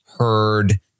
heard